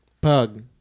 Pug